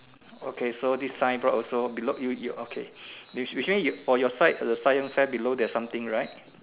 okay so this signboard also below you you okay usua~ usually on your side for the science fair below there's something right